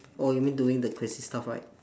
oh you mean doing the crazy stuff right